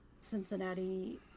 Cincinnati